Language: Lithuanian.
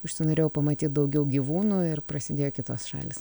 užsinorėjau pamatyt daugiau gyvūnų ir prasidėjo kitos šalys